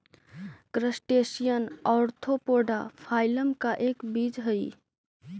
crustacean arthropoda phylum का एक जीव हई